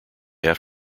have